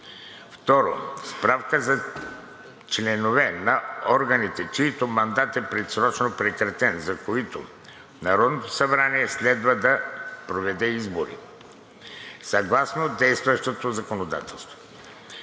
2. Справка за членове на органите, чийто мандат е предсрочно прекратен, за които Народното събрание следва да проведе избори съгласно действащото законодателство.